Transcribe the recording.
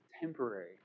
temporary